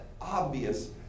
obvious